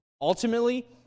ultimately